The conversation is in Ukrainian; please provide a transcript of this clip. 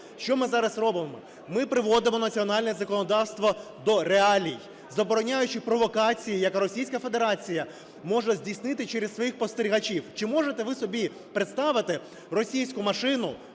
Що ми зараз робимо? Ми приводимо національне законодавство до реалій, забороняючи провокації, які Російська Федерація може здійснити через своїх спостерігачів. Чи можете ви собі представити російську машину